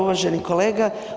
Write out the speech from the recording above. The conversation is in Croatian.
Uvaženi kolega.